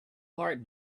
heart